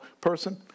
person